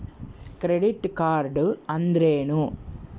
Credit card ಅಂದ್ರೇನು?